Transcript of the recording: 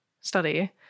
study